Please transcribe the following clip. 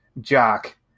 jock